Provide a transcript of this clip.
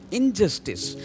injustice